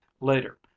later